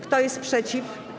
Kto jest przeciw?